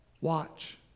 Watch